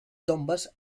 tombes